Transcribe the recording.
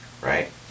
right